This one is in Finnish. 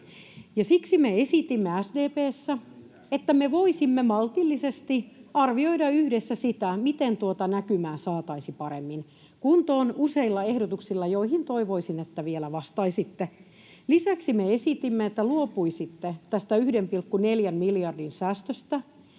SDP:ssä esitimme, että me voisimme maltillisesti arvioida yhdessä sitä, miten tuota näkymää saataisiin paremmin kuntoon useilla ehdotuksilla, joihin toivoisin, että vielä vastaisitte. Lisäksi me esitimme, että luopuisitte tästä 1,4 miljardin säästöstä